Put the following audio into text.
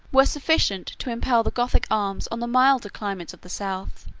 were sufficient to impel the gothic arms on the milder climates of the south.